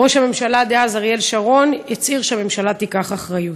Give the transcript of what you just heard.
ראש הממשלה דאז אריאל שרון הצהיר שהממשלה תיקח אחריות.